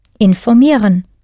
informieren